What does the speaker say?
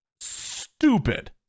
stupid